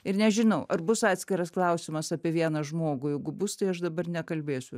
ir nežinau ar bus atskiras klausimas apie vieną žmogų jeigu bus tai aš dabar nekalbėsiu